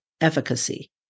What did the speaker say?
efficacy